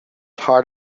hard